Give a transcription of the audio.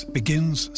begins